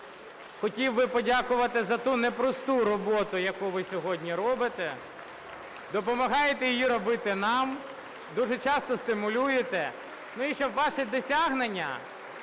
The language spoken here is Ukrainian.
Хотів би подякувати за ту непросту роботу, яку ви сьогодні робите, допомагаєте її робити нам, дуже часто стимулюєте. Ну, і щоб ваші досягнення